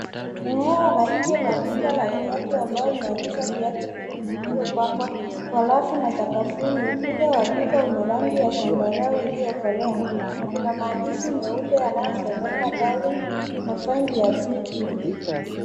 Eneo la nje la duka la viatu ambayo inaonesha viatu vingi vilivyopangwa kwa rafu na sakafuni . Ukuta wa duka una rangi ya zambarau iliyokolea na kuna maandishi meupe yanayosomeka darling find your beautiful .